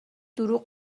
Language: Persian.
دروغ